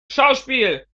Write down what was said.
schauspiel